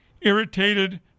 irritated